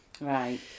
Right